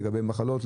לגבי מחלות,